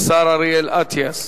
השר אריאל אטיאס.